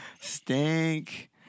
Stink